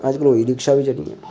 अज्ज कोला e rickshaw बी चली दियां